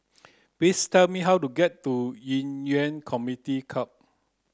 please tell me how to get to Ci Yuan Community Club